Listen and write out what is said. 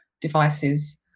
devices